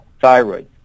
thyroid